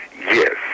Yes